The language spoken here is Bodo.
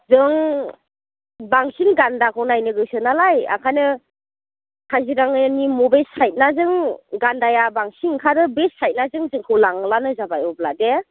जों बांसिन गान्दाखौ नायनो गोसो नालाय ओंखायनो काजिरङानि मबे साइडनिजों गान्दाया बांसिन ओंखारो बे साइडनिजों जोंखौ लांब्लानो जाबाय अब्ला दे